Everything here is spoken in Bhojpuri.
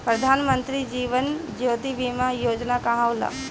प्रधानमंत्री जीवन ज्योति बीमा योजना का होला?